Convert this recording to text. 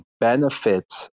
benefit